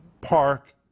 park